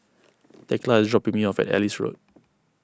thekla is dropping me off at Ellis Road